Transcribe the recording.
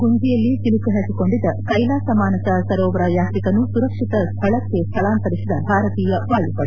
ಉತ್ತರಖಂಡದ ಗುಂಜಿಯಲ್ಲಿ ಸಿಲುಕಿಹಾಕಿಕೊಂಡಿದ್ದ ಕ್ಷೆಲಾಸ ಮಾನಸ ಸರೋವರ ಯಾತ್ರಿಕರನ್ನು ಸುರಕ್ಷಿತ ಸ್ಟಳಕ್ಕೆ ಸ್ಟಳಾಂತರಿಸಿದ ಭಾರತೀಯ ವಾಯುಪಡೆ